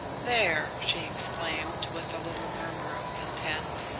there! she exclaimed, with a little murmur of content.